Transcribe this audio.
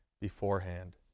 beforehand